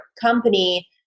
company